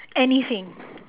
anything